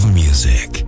music